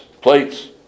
plates